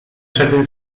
żaden